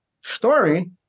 story